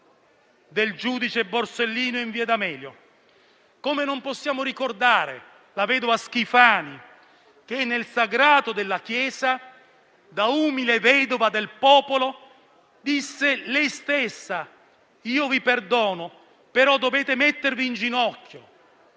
del giudice Borsellino in via D'Amelio? Come possiamo non ricordare la vedova Schifani che, nel sagrato della chiesa, da umile vedova del popolo disse: «Io vi perdono, però dovete mettervi in ginocchio»?